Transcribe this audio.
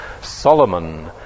Solomon